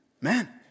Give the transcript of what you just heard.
man